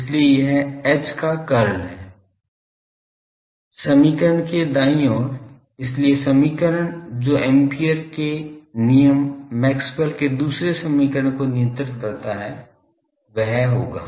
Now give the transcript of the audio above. इसलिए यह H का कर्ल है समीकरण के दाईं ओर इसलिए समीकरण जो एम्पीयर के नियम मैक्सवेल के दूसरे समीकरण को नियंत्रित करता है वह होगा